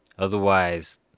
Otherwise